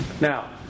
Now